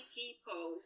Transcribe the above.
people